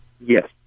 Yes